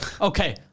okay